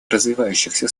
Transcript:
развивающихся